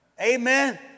Amen